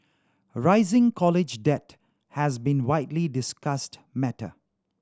rising college debt has been widely discussed matter